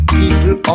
people